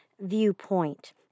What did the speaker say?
viewpoint